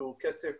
שהוא כסף